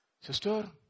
Sister